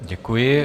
Děkuji.